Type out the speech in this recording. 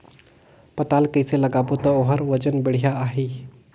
पातल कइसे लगाबो ता ओहार वजन बेडिया आही?